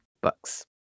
books